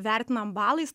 vertinam balais